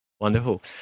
Wonderful